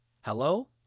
Hello